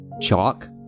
Chalk